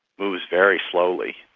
moves very slowly.